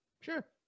Sure